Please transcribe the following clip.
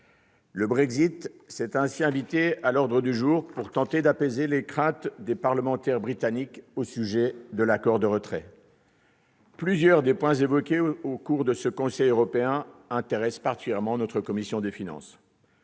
Le Brexit s'est ainsi invité à l'ordre dujour : il s'est agi de tenter d'apaiser les craintes des parlementairesbritanniques au sujet de l'accord de retrait. Plusieurs despoints évoqués au cours de ce Conseil européenintéressent particulièrement la commission desfinances.